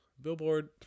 Billboard